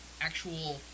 actual